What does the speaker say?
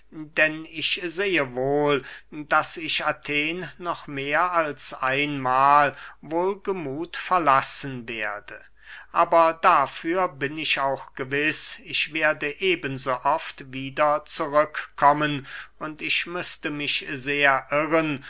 denn ich sehe wohl daß ich athen noch mehr als einmahl wohlgemuth verlassen werde aber dafür bin ich auch gewiß ich werde eben so oft wieder zurück kommen und ich müßte mich sehr irren